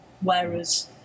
whereas